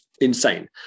insane